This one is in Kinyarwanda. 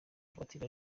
voiture